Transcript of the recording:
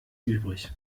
übrig